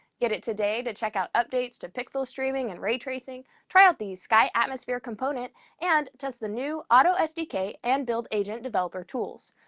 get it today to check out updates to pixel streaming and ray tracing. try out the sky atmosphere component and test the new autosdk and buildagent developer tools.